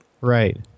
Right